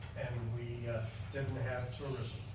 and we didn't have tourism?